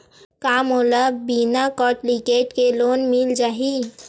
का मोला बिना कौंटलीकेट के लोन मिल जाही?